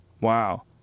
Wow